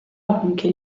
anche